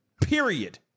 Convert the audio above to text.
period